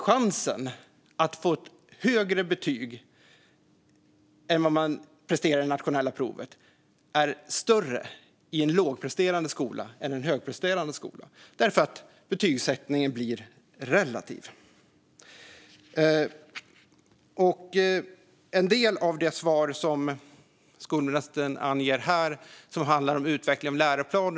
Chansen att få ett högre betyg än vad som motiveras av det man presterar på det nationella provet är större i en lågpresterande skola än i en högpresterande skola därför att betygsättningen blir relativ. En del av det svar som skolministern gav här handlade om utveckling av läroplaner.